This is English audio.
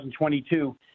2022